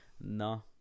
No